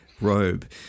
robe